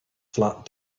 flat